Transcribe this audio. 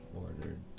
ordered